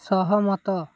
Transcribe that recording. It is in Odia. ସହମତ